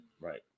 Right